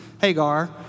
Hagar